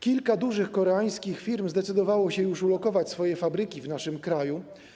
Kilka dużych koreańskich firm zdecydowało się ulokować swoje fabryki w naszym kraju.